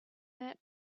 that